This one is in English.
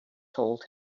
told